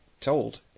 told